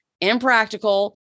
impractical